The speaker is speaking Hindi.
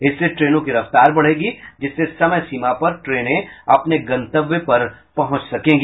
इससे ट्रेनों की रफ्तार बढ़ेगी जिससे समयसीमा पर ट्रेने अपने गंतव्य पर पहुंच सकेंगी